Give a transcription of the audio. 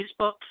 Facebook